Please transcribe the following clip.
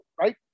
right